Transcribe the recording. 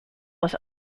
was